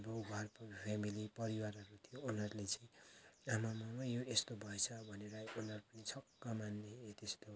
हाम्रो घरको फेमिली परिवारहरू थियो उनीहरूले चाहिँ आमामामा यो यस्तो भएछ भनेर उनीहरूले छक्क मान्ने ए त्यस्तो